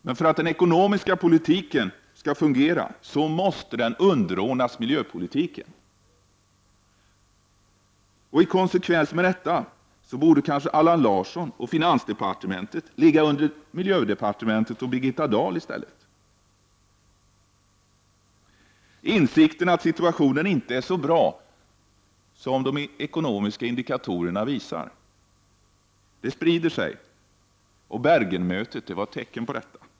Men för att den ekonomiska politiken skall fungera måste den underordnas miljöpolitiken. I konsekvens med detta borde kanske Allan Larsson och finansdepartementet sortera under miljödepartementet och Birgitta Dahl. Insikten att situationen inte är så bra som de ekonomiska indikatorerna visar sprider sig. Bergenmötet var ett tecken på detta.